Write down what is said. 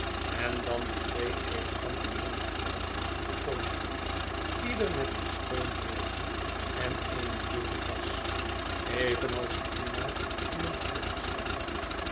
en dan die twee elegante jonge heeren achter de toonbank ieder met een schoon boordje en eene witte das evenals de minnaar in een